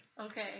Okay